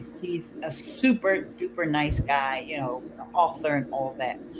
he is a super duper nice guy. you know author and all that,